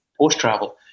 post-travel